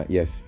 Yes